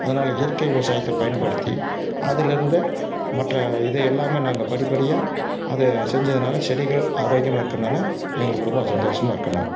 அதனால் இயற்கை விவசாயத்தை பயன்படுத்தி அதில் இருந்து மற்ற இதை எல்லாமே நாங்கள் படிப்படியாக அது செஞ்சதுனால செடிகள் ஆரோக்கியமாக இருக்கறனால எங்களுக்கு ரொம்ப சந்தோசமாக இருக்கேன் நான்